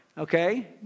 Okay